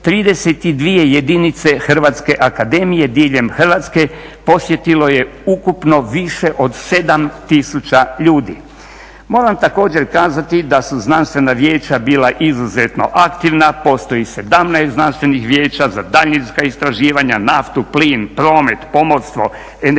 32 jedinice Hrvatske akademije diljem Hrvatske posjetilo je ukupno više od 7000 ljudi. Moram također kazati da su znanstvena vijeća bila izuzetno aktivna. Postoji 17 znanstvenih vijeća za daljinska istraživanja, naftu, plin, promet, pomorstvo, energetiku,